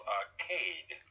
arcade